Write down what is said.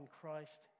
Christ